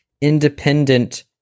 independent